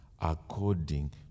according